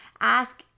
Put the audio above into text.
ask